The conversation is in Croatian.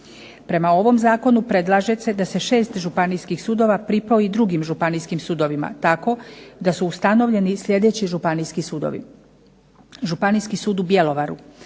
Prema ovom zakonu predlaže se da se šest županijskih sudova pripoji drugim županijskim sudovima, tako da su ustanovljeni sljedeći županijski sudovi: